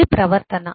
అదే ప్రవర్తన